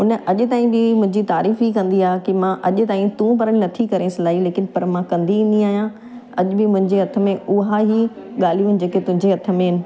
उन अॼु ताईं बि मुंहिंजी तारीफ़ ई कंदी आहे की मां अॼु ताईं तूं भले नथी करे सिलाई लेकिन पर मां कंदी ईंदी आहियां अॼु बि मुंहिंजे हथ में उहा इहे ॻाल्हियूं आहिनि जेको तुंहिंजे हथ में आहिनि